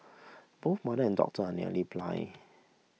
both mother and daughter are nearly blind